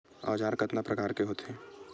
औजार कतना प्रकार के होथे?